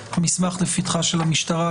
המסמך גם הונח לפתחה של המשטרה,